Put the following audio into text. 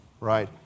right